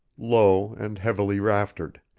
low, and heavily raftered,